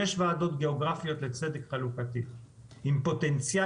שש ועדות גיאוגרפיות לצדק חלוקתי עם פוטנציאל